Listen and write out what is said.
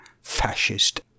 fascist